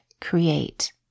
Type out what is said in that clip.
Create